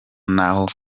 naho